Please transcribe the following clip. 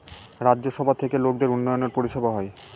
রাজ্য সভা থেকে লোকদের উন্নয়নের পরিষেবা হয়